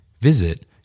Visit